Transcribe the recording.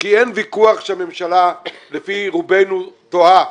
כי אין ויכוח שהממשלה לפי רובנו טועה.